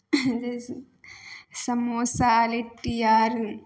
samosa litti आर